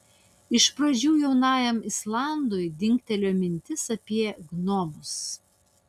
iš pradžių jaunajam islandui dingtelėjo mintis apie gnomus